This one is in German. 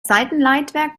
seitenleitwerk